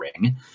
ring